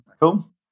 cool